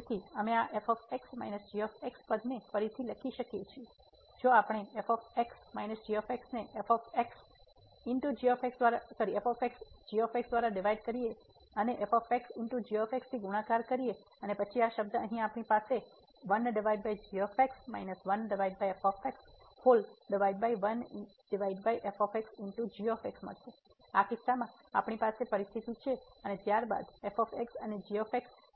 તેથી અમે આ f g પદ ને ફરીથી લખી શકીએ છીએ જો આપણે અહીં f g ને f g દ્વારા ડિવાઈડ કરીએ અને f g થી ગુણાકાર કરીએ અને પછી આ શબ્દ અહીં આપણી પાસે તેથી આ કિસ્સામાં આપણી પાસે આ પરિસ્થિતિ છે અને ત્યારબાદ f અને g